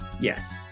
Yes